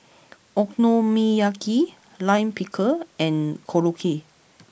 Okonomiyaki Lime Pickle and Korokke